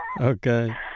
Okay